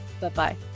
Bye-bye